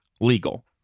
legal